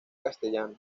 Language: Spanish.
castellano